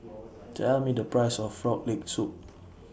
Tell Me The Price of Frog Leg Soup